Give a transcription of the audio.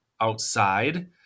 outside